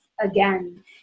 again